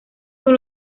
con